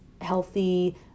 healthy